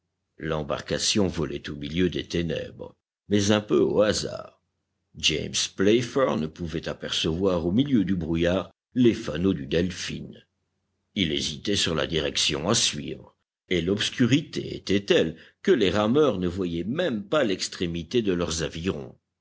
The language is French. l'embarcation volait au milieu des ténèbres mais un peu au hasard james playfair ne pouvait apercevoir au milieu du brouillard les fanaux du delphin il hésitait sur la direction à suivre et l'obscurité était telle que les rameurs ne voyaient même pas l'extrémité de leurs avirons